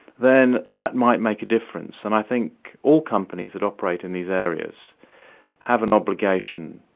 then that might make a difference, and i think all companies that operate in these areas have an obligation,